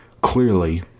clearly